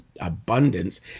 abundance